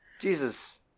Jesus